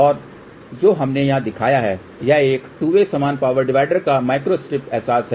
और जो हमने यहां दिखाया है यह एक 2 वे समान पावर डिवाइडर का माइक्रोस्ट्रिप अहसास है